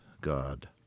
God